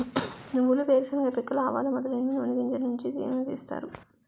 నువ్వులు వేరుశెనగ పిక్కలు ఆవాలు మొదలైనవి నూని గింజలు నుంచి నూనె తీస్తారు